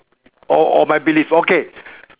or or my belief okay